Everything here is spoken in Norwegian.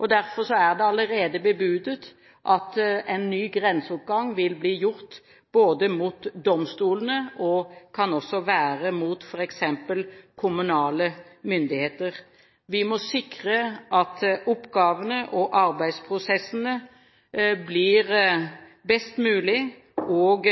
er det allerede bebudet at en ny grenseoppgang vil bli gjort, både mot domstolene og kanskje også mot f.eks. kommunale myndigheter. Vi må sikre at oppgavene og arbeidsprosessene blir best mulig, og